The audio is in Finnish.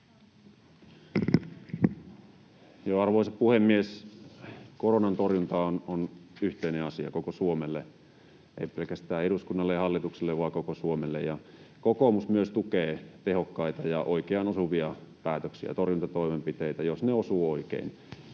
Arvoisa puhemies! Koronan torjunta on yhteinen asia koko Suomelle, ei pelkästään eduskunnalle ja hallitukselle, vaan koko Suomelle, ja kokoomus myös tukee tehokkaita ja oikeaan osuvia päätöksiä ja torjuntatoimenpiteitä, jos ne osuvat oikein.